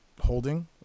holding